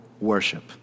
worship